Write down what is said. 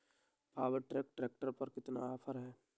Power track tractor पर कितना offer है?